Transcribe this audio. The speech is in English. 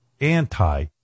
anti